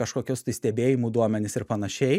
kažkokius tai stebėjimų duomenis ir panašiai